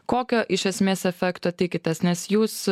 kokio iš esmės efekto tikitės nes jūs